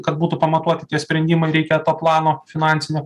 kad būtų pamatuoti tie sprendimai reikia to plano finansinio